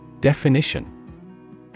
Definition